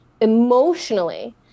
emotionally